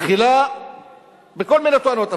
בכל מיני טענות.